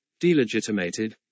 delegitimated